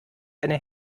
eine